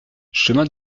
chemin